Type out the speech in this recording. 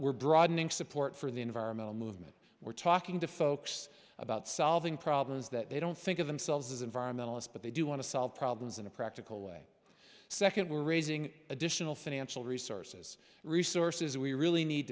we're broadening support for the environmental movement we're talking to folks about solving problems that they don't think of themselves as environmentalists but they do want to solve problems in a practical way second we're raising additional financial resources resources that we really need